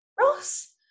Ross